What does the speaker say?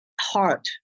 heart